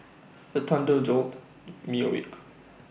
the thunder jolt me awake